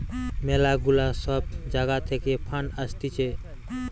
ম্যালা গুলা সব জাগা থাকে ফান্ড আসতিছে